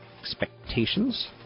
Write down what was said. expectations